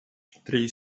третья